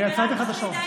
אני עצרתי לך את השעון.